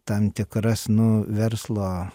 tam tikras nu verslo